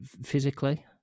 physically